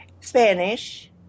Spanish